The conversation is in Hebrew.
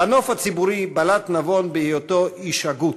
בנוף הציבורי בלט נבון בהיותו איש הגות,